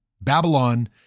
Babylon